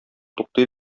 туктый